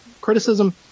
criticism